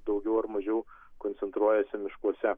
daugiau ar mažiau koncentruojasi miškuose